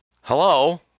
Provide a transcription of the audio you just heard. Hello